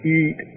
eat